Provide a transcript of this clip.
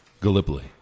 Gallipoli